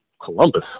Columbus